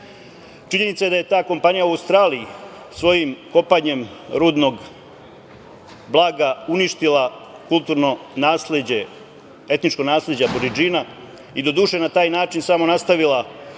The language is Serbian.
razmera? Činjenica je da je ta kompanija u Australiji svojim kopanjem rudnog blaga uništila kulturno nasleđe, etničko nasleđe Aburidžina i, doduše, na taj način samo nastavila